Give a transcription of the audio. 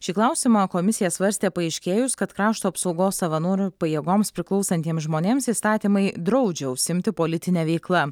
šį klausimą komisija svarstė paaiškėjus kad krašto apsaugos savanorių pajėgoms priklausantiems žmonėms įstatymai draudžia užsiimti politine veikla